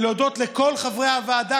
ולהודות לכל חברי הוועדה,